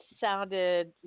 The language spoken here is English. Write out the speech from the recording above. sounded